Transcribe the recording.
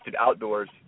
outdoors